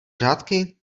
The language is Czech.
řádky